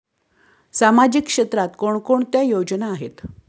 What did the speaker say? सामाजिक क्षेत्रात कोणकोणत्या योजना आहेत?